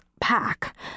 pack